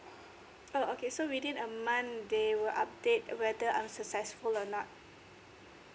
oh okay so within a month they will update whether I'm successful or not